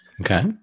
Okay